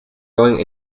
going